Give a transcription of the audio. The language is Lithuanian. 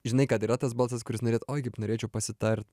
žinai kad yra tas balsas kuris norėtų oi kaip norėčiau pasitart